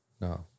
No